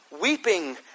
Weeping